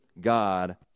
God